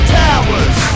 towers